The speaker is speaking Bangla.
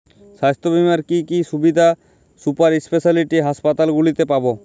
স্বাস্থ্য বীমার কি কি সুবিধে সুপার স্পেশালিটি হাসপাতালগুলিতে পাব?